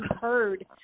heard